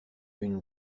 une